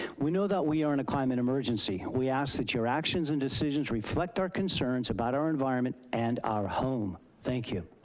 we know that we are in a climate emergency. we ask that your actions and decisions reflect our concerns about our environment and our home, thank you.